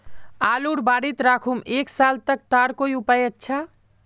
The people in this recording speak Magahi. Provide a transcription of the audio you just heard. आलूर बारित राखुम एक साल तक तार कोई उपाय अच्छा?